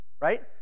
right